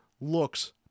looks